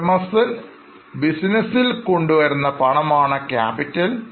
ഉടമസ്ഥൻ ബിസിനസ്സിൽ കൊണ്ടു വരുന്ന പണമാണ് ക്യാപിറ്റൽ